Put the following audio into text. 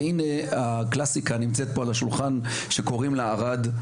והנה הקלאסיקה נמצאת פה על השולחן שקוראים לה ערד,